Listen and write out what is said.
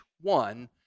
one